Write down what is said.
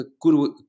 good